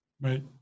Right